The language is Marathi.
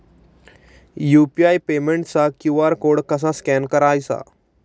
यु.पी.आय पेमेंटचा क्यू.आर कोड कसा स्कॅन करायचा?